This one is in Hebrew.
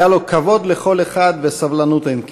היה לו כבוד לכל אחד וסבלנות אין קץ.